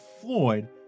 Floyd